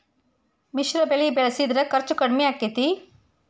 ಮಿಶ್ರ ಬೆಳಿ ಬೆಳಿಸಿದ್ರ ಖರ್ಚು ಕಡಮಿ ಆಕ್ಕೆತಿ?